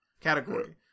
category